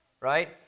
right